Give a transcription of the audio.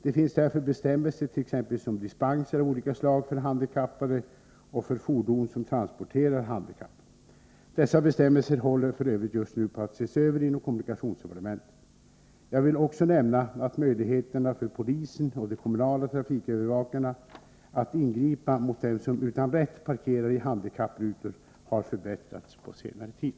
Det finns därför bestämmelser t.ex. om dispenser av olika slag för handikappade och för fordon som transporterar handikappade. Dessa bestämmelser håller f. ö. just nu på att ses över inom kommunikationsdepartementet. Jag vill också nämna att möjligheterna för polisen och de kommunala trafikövervakarna att ingripa mot dem som utan rätt parkerar i handikapprutor har förbättrats på senäre tid.